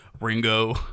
Ringo